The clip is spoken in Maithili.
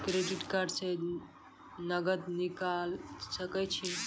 क्रेडिट कार्ड से नगद निकाल सके छी?